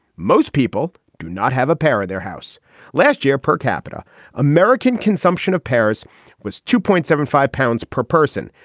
most people do not have a pair in their house last year. per capita american consumption of paris was two point seventy five pounds per person.